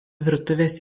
virtuvės